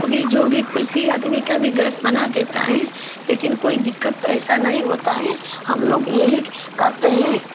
कोई भी जो भी किसी आदमी को गैस बना देता है लेकिन कोई ऐसी दिक्कत नहीं होती है हमलोग यही करते हैं